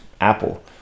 Apple